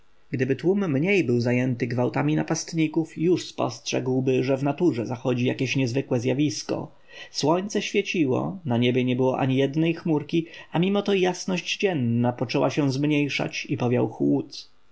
gdyby tłum mniej był zajęty gwałtami napastników już spostrzegłby że w naturze zachodzi jakieś niezwykłe zjawisko słońce świeciło na niebie nie było ani jednej chmurki a mimo to jasność dzienna poczęła się zmniejszać i powiał chłód